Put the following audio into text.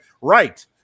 right